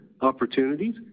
opportunities